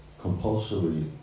compulsory